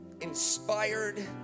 inspired